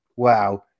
Wow